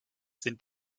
sind